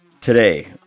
Today